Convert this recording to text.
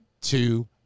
two